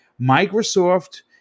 Microsoft